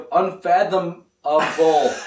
unfathomable